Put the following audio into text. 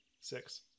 six